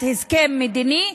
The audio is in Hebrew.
באמת, והשגת הסכם מדיני,